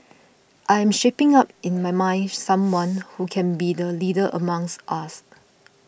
I am shaping up in my mind someone who can be the leader amongst us